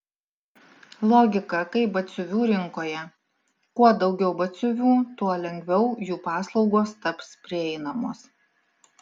logika kaip batsiuvių rinkoje kuo daugiau batsiuvių tuo lengviau jų paslaugos taps prieinamos